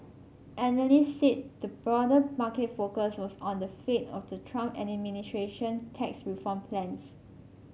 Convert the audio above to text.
analysts said the broader market focus was on the fate of the Trump administration tax reform plans